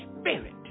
spirit